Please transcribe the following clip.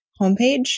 homepage